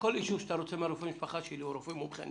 אני אביא לך כל אישור שאתה רוצה מרופא המשפחה שלי או מרופא מומחה,